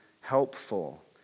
helpful